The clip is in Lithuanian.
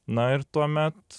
na ir tuomet